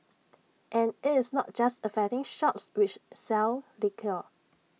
and IT is not just affecting shops which sell liquor